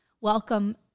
Welcome